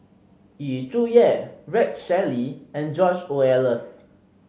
Yu Zhuye Rex Shelley and George Oehlers